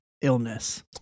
illness